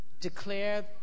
declare